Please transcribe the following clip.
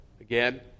Again